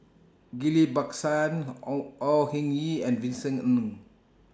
Ghillie Bacsan Au Au Hing Yee and Vincent Ng